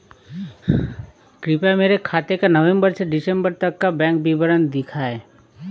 कृपया मेरे खाते का नवम्बर से दिसम्बर तक का बैंक विवरण दिखाएं?